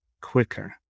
quicker